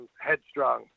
Headstrong